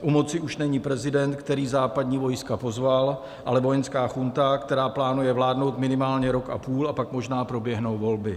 U moci už není prezident, který západní vojska pozval, ale vojenská junta, která plánuje vládnout minimálně rok a půl, a pak možná proběhnou volby.